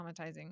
traumatizing